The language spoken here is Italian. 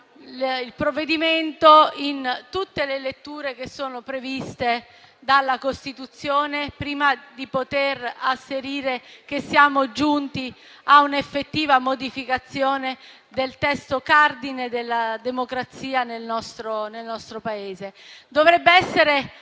il provvedimento in tutte le letture che sono previste dalla Costituzione, prima di poter asserire che siamo giunti a un'effettiva modificazione del testo cardine della democrazia nel nostro Paese. Questo ordine